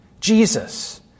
Jesus